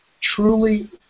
truly